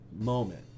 Moment